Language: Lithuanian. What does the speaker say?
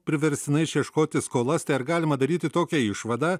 priverstinai išieškoti skolas tai ar galima daryti tokią išvadą